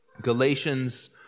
Galatians